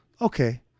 Okay